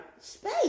space